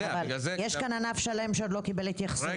יש כאן ענף שלם שעוד לא קיבל התייחסות.